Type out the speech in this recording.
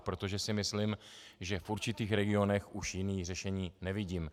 Protože si myslím, že v určitých regionech už jiné řešení nevidím.